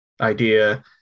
idea